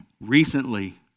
recently